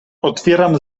otwieram